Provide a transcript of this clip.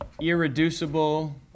irreducible